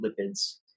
lipids